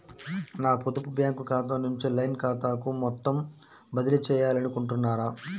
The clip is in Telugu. నా పొదుపు బ్యాంకు ఖాతా నుంచి లైన్ ఖాతాకు మొత్తం బదిలీ చేయాలనుకుంటున్నారా?